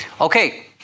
Okay